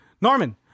Norman